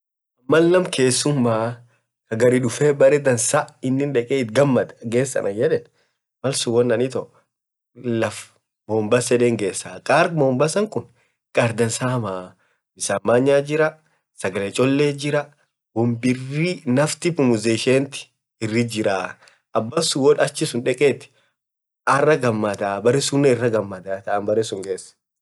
maal naam naam kesumaa, kaa garii duufee baree dansaa inn it gamaad gees anaan yedeen ,maalsuun woan aniin itoo karr mombasaa gessa, karr mombasan kuun karr dansaa .bisaan manyaat jiraa, sagalee chollet jiraa woan birri ,naftii pumzisheent jirra.abansuun hoo achisun dekeet arra gamadaa, baree suunen irra gamadaa.